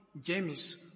James